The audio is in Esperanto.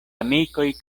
amikoj